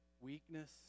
Weakness